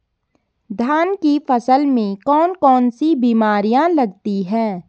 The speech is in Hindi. धान की फसल में कौन कौन सी बीमारियां लगती हैं?